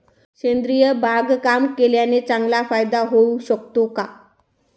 सेंद्रिय बागकाम केल्याने चांगला फायदा होऊ शकतो का?